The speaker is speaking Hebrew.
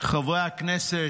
חברי הכנסת,